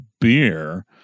beer